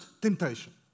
temptation